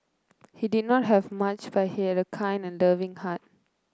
he did not have much but he had a kind and loving heart